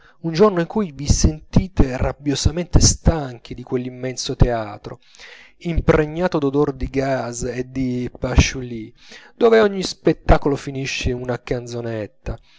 un giorno in cui vi sentite rabbiosamente stanchi di quell'immenso teatro impregnato d'odor di gaz e di pasciulì dove ogni spettacolo finisce in una canzonetta